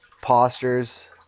postures